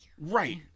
Right